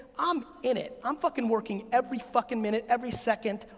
i'm in it, i'm fucking working every fucking minute, every second,